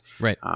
right